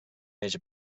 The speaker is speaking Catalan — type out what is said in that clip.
eix